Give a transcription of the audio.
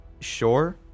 Sure